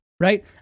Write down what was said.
Right